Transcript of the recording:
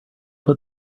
put